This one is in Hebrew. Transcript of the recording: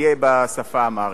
יהיה בשפה האמהרית.